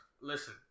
Listen